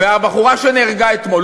הבחורה שנהרגה אתמול.